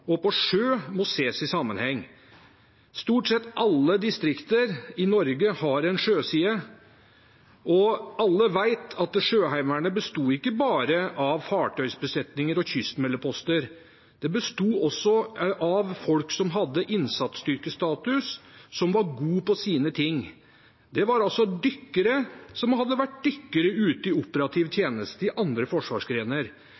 og på sjø må ses i sammenheng. Stort sett alle distrikter i Norge har en sjøside. Alle vet at Sjøheimevernet ikke besto av bare fartøysbesetninger og kystmeldeposter; det besto også av folk som hadde innsatsstyrkestatus, som var gode på sine ting. Det var dykkere som hadde vært ute i operativ